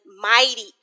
mighty